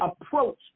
approach